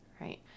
Right